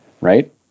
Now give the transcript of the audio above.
right